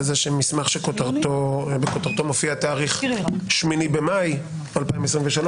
לזה שמסמך שבכותרתו מופיע תאריך 8 במאי 2023,